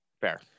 Fair